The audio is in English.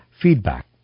feedback